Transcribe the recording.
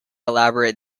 elaborate